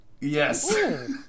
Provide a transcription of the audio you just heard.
Yes